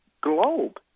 globe